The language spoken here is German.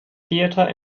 theater